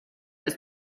ist